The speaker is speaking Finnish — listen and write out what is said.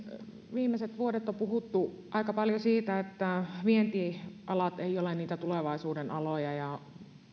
viimeiset vuodet on puhuttu aika paljon siitä että vientialat eivät ole niitä tulevaisuuden aloja ja